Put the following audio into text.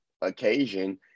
occasion